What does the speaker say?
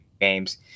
games